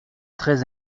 très